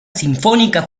sinfónica